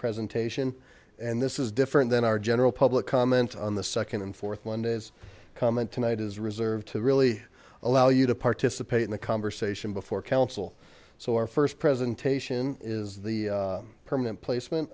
presentation and this is different than our general public comment on the second and fourth one is comment tonight is reserved to really allow you to participate in the conversation before council so our first presentation is the permanent placement